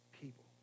people